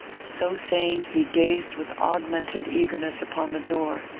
so saying, he gazed with augmented eagerness upon the door.